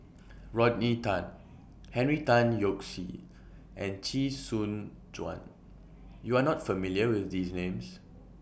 Rodney Tan Henry Tan Yoke See and Chee Soon Juan YOU Are not familiar with These Names